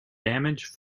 damaged